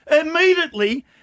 Immediately